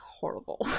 horrible